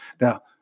Now